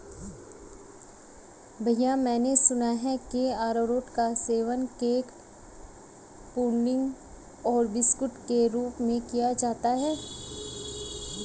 भैया मैंने सुना है कि अरारोट का सेवन केक पुडिंग और बिस्कुट के रूप में किया जाता है